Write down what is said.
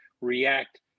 react